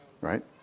right